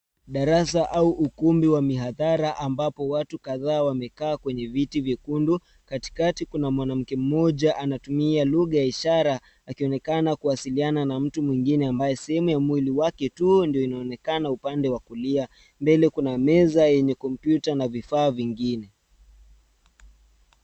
Darasa, au ukumbi wa mihadhara ambapo watu kadhaa wamekaa kwenye viti vyekundu, katikati kuna mwanamke mmoja, anatumia lugha ya ishara anaonekana kuwasiliana na mtu mwingine, ambaye sehemu ya mwili wake tu, ndio inaonekana upande wa kulia. Mbele kuna meza yenye kompyuta na vifaa vingine.